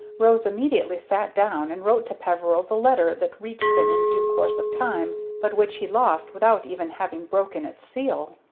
rose immediately sat down and wrote to peveril the letter that reached him in due course of time, but which he lost without even having broken its seal.